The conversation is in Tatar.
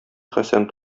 хәсән